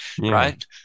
right